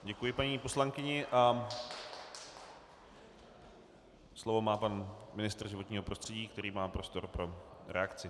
Děkuji paní poslankyni a slovo má pan ministr životního prostředí, který má prostor pro reakci.